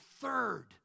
third